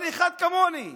אבל אחד כמוני,